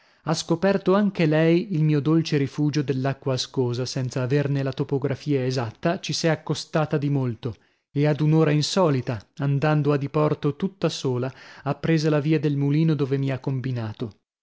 ha scoperto anche lei il mio dolce rifugio dell'acqua ascosa senza averne la topografia esatta ci s'è accostata di molto e ad un'ora insolita andando a diporto tutta sola ha presa la via del mulino dove mi ha combinato